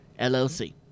LLC